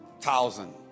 thousand